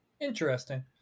Interesting